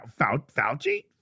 Fauci